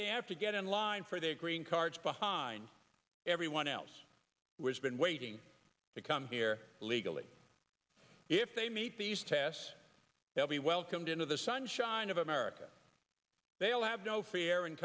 they have to get in line for their green cards behind everyone else was been waiting to come here illegally if they meet these tests they'll be welcomed into the sunshine of america they'll have no fear